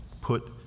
Put